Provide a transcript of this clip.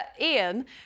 ian